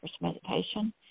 meditation